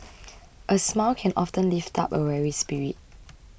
a smile can often lift up a weary spirit